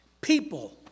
People